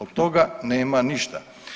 Od toga nema ništa.